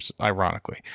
ironically